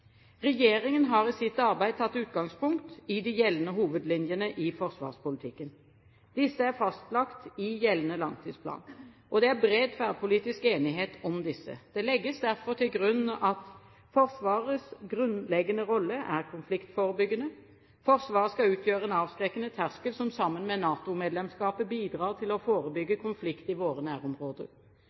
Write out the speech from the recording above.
Regjeringen har i sitt arbeid tatt utgangspunkt i de gjeldende hovedlinjene i forsvarspolitikken. Disse er fastlagt i gjeldende langtidsplan. Det er bred tverrpolitisk enighet om disse. Det legges derfor til grunn at: Forsvarets grunnleggende rolle er konfliktforebyggende. Forsvaret skal utgjøre en avskrekkende terskel som sammen med NATO-medlemskapet bidrar til å forebygge konflikt i våre nærområder.